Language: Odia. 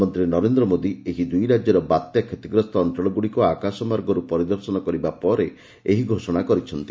ପ୍ରଧାନମନ୍ତ୍ରୀ ନରେନ୍ଦ୍ର ମୋଦୀ ଏହି ଦୁଇ ରାଜ୍ୟର ବାତ୍ୟା କ୍ଷତିଗ୍ରସ୍ତ ଅଞ୍ଚଳଗୁଡ଼ିକୁ ଆକାଶମାର୍ଗରୁ ପରିଦର୍ଶନ କରିବା ପରେ ଏହି ଘୋଷଣା କରିଛନ୍ତି